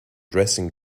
dressing